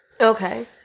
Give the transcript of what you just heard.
Okay